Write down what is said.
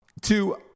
Two